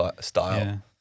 style